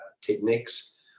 techniques